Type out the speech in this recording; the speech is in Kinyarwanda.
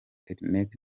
internet